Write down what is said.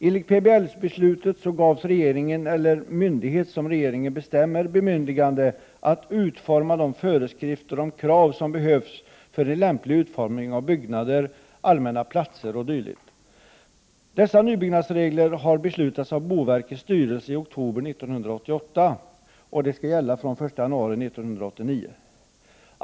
Enligt PBL-beslutet gavs regeringen eller myndighet som regeringen bestämmer bemyndigande att utforma de föreskrifter om krav som behövs för en lämplig utformning av byggnader, allmänna platser o.d. Dessa nybyggnadsregler har beslutats av boverkets styrelse i oktober 1988 att gälla fr.o.m. den 1 januari 1989.